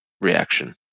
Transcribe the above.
reaction